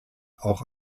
auch